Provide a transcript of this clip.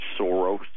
Soros